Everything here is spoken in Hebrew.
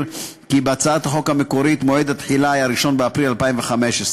כי בהצעת החוק המקורית מועד התחילה היה 1 באפריל 2015,